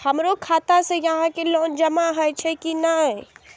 हमरो खाता से यहां के लोन जमा हे छे की ने?